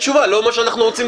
בואו נחליט אנחנו.